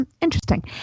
interesting